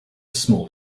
small